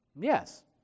Yes